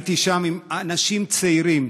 הייתי שם עם אנשים צעירים